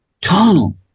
tunnel